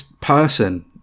person